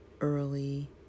early